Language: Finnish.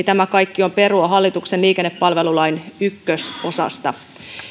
tämä kaikki on perua hallituksen liikennepalvelulain ykkösosasta